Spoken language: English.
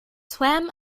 swam